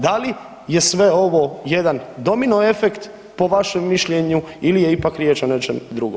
Da li je sve ovo jedan domino efekt po vašem mišljenju ili je ipak riječ o nečem drugom?